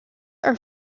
are